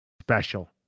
special